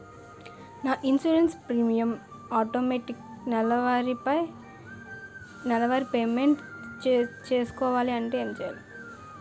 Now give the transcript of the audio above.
నా insurance premium automatic నెలవారి payment చేసుకోవాలంటే ఏంటి చేయాలి?